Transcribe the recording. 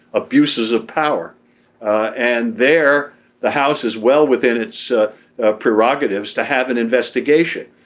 abuses of power and there the house is well within its ah ah prerogatives to have an investigation.